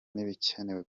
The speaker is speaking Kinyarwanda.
n’ibikenewe